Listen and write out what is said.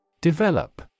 Develop